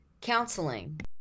Counseling